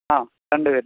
ആ രണ്ടുപേര്